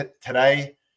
today